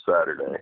Saturday